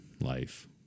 life